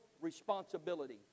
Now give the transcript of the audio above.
responsibility